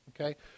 Okay